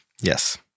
Yes